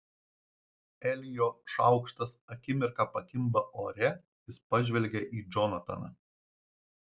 elijo šaukštas akimirką pakimba ore jis pažvelgia į džonataną